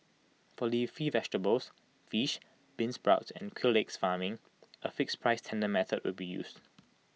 for leafy vegetables fish beansprouts and quail egg farming A fixed price tender method will be used